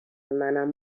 منم